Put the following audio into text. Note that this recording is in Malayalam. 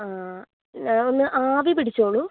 ആ എന്നാൽ ഒന്ന് ആവി പിടിച്ചോളൂ